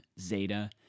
Zeta